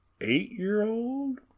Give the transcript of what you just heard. eight-year-old